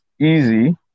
easy